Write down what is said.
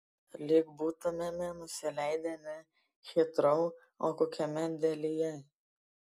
lyg būtumėme nusileidę ne hitrou o kokiame delyje